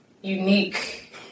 unique